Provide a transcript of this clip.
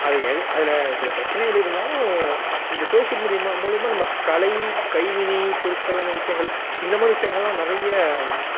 அது எது அதில் சில பிரச்சனைகளிருந்தாலும் இந்த சோஷியல் மீடியம்மா மூலியமாக நம்ம கலை கைவினை பொருட்களான விஷயங்கள் இந்த மாதிரி விஷயங்கள்லாம் நிறைய